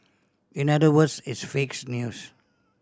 in other words it's fakes news